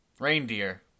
Reindeer